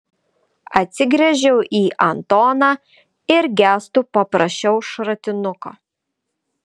atsigręžiau į antoną ir gestu paprašiau šratinuko